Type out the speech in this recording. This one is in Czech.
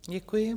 Děkuji.